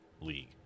league